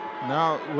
Now